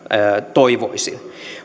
toivoisin